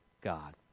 God